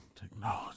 technology